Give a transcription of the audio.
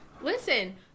listen